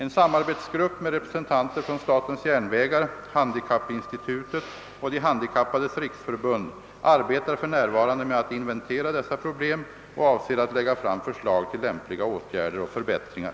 En samarbetsgrupp med representanter från SJ, Handikappinstitutet och De handikappades riksförbund arbetar för närvarande med att inventera dessa problem och avser: att lägga fram förslag till lämpliga åtgärder och förbättringar.